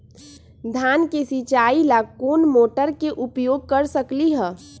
धान के सिचाई ला कोंन मोटर के उपयोग कर सकली ह?